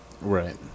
Right